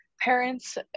parents